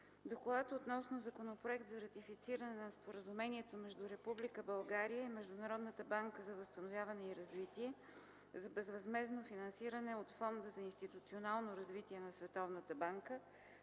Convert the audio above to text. „ДОКЛАД относно Законопроект за ратифициране на Споразумението между Република България и Международната банка за възстановяване и развитие за безвъзмездно финансиране от Фонда за институционално развитие на Световната банка